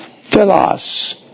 philos